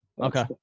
Okay